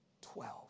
Twelve